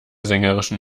sängerischen